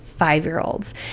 Five-year-olds